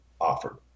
offered